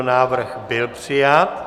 Návrh byl přijat.